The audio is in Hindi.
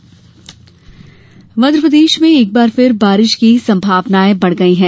मौसम मध्यप्रदेश में एकबार फिर बारिश की संभावनाएं बढ़ गई हैं